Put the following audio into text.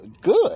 good